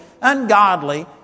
ungodly